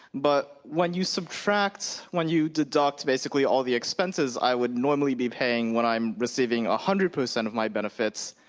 but when you subtract when you deduct basically all the expenses i would normally be paying when i'm receiving a hundred percent of my benefits,